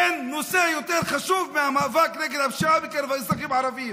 אין נושא יותר חשוב מהמאבק בפשיעה בקרב האזרחים הערבים.